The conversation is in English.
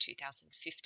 2015